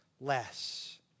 less